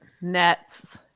Nets